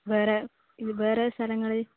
വേറെ ഇത് വേറെ സ്ഥലങ്ങൾ